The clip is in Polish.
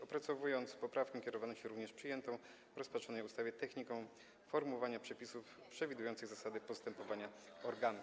Opracowując poprawkę, kierowano się również przyjętą w rozpatrzonej ustawie techniką formułowania przepisów przewidujących zasady postępowania organów.